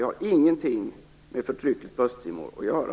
Det har ingenting med förtrycket på Östtimor att göra.